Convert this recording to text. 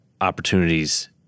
opportunities